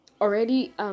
already